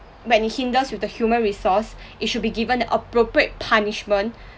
when it hinders with the human resource it should be given a appropriate punishment